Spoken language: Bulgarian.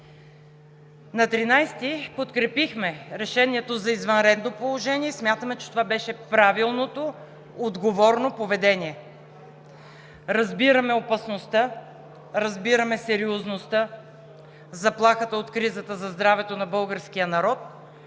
На 13-и подкрепихме решението за извънредно положение и смятаме, че това беше правилното отговорно поведение. Разбираме опасността, разбираме сериозността, заплахата от кризата за здравето на българския народ